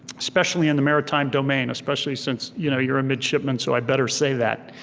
especially in the maritime domain, especially since you know you're a midshipman, so i'd better say that.